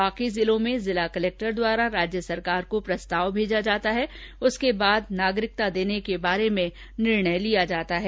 शेष जिलों में कलक्टर द्वारा राज्य सरकार को प्रस्ताव भेजा जाता है उसके बाद नागरिकता देने के संबंध में निर्णय लिया जाता है